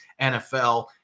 NFL